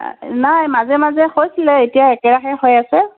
নাই মাজে মাজে হৈছিলে এতিয়া একেৰাহে হৈ আছে